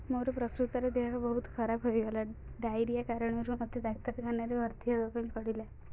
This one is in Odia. ମୋର ପ୍ରକୃତରେ ଦେହ ବହୁତ ଖରାପ ହେଇଗଲା ଡାଇରିଆ କାରଣରୁ ମୋତେ ଡାକ୍ତରଖାନରେ ଭର୍ତ୍ତି ହେବା ପାଇଁ ପଡ଼ିଲା